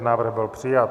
Návrh byl přijat.